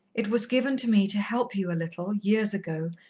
it was given to me to help you a little, years ago,